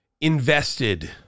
invested